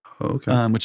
Okay